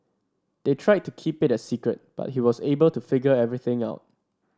they tried to keep it a secret but he was able to figure everything out